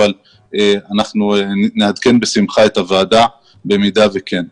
אבל בשמחה נעדכן את הוועדה במידה וכן.